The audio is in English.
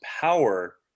power